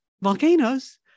volcanoes